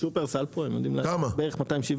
שופרסל פה הם יודעים לענות, בערך 270?